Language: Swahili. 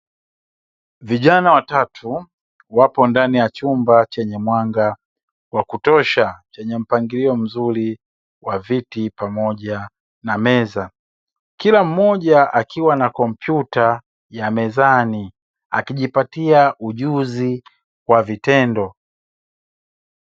Vijana watatu wapi ndani ya chumba chenye mwanga wa kutosha, chenye mpangilio mzuri wa viti pamoja na meza. Kila mmoja akiwa na kompyuta ya mezani akijipatia ujuzi wa vitendo.